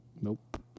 Nope